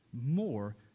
more